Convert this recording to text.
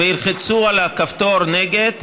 וילחצו על הכפתור נגד,